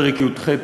פרק י"ח,